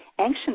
ancient